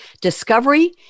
discovery